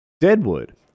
Deadwood